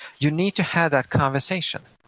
you need to have that conversation,